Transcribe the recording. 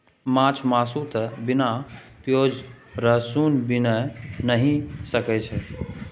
माछ मासु तए बिना पिओज रसुनक बनिए नहि सकैए